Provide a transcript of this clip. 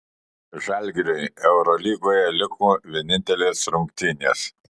žalgiriui eurolygoje liko vienintelės rungtynės